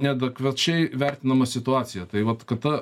neadekvačiai vertinama situacija tai vat kad ta